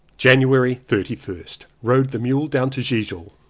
january thirty first. rode the mule down to gilgil.